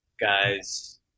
guys